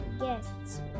guests